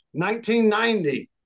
1990